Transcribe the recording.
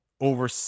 over